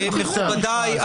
--- מכובדיי,